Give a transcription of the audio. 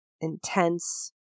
intense